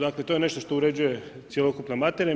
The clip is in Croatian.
Dakle, to je nešto što uređuje cjelokupna materija.